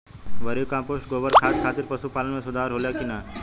Vermi compost गोबर खाद खातिर पशु पालन में सुधार होला कि न?